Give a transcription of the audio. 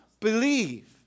Believe